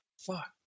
Fuck